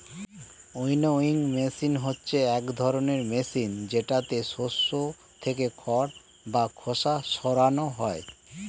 winnowing machine হচ্ছে এক ধরনের মেশিন যেটাতে শস্য থেকে খড় বা খোসা সরানো হয়